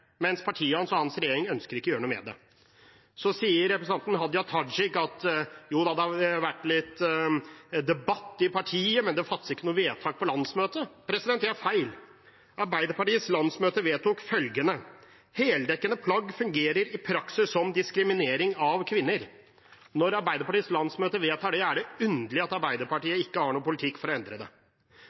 mens partiet hans og hans regjering ikke ønsker å gjøre noe med det. Så sier statsråd Hadia Tajik at det har vært litt debatt i partiet, men at det ikke ble fattet noe vedtak på landsmøtet. Det er feil, Arbeiderpartiets landsmøte vedtok at heldekkende plagg i praksis fungerer som diskriminering av kvinner. Når Arbeiderpartiets landsmøte vedtar det, er det underlig at Arbeiderpartiet ikke har noen politikk for å endre det.